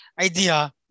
idea